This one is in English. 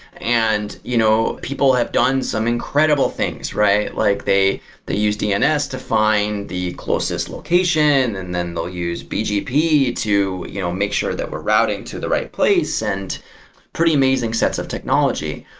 and you know people have done some incredible things, right? like they they use dns to find the closest location, and then the use bgp to you know make sure that we're routing to the right place, and pretty amazing sets of technology.